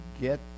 get